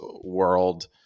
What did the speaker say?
world